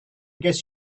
guess